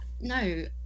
no